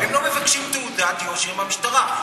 הם לא מבקשים תעודת יושר מהמשטרה.